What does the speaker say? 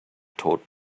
taught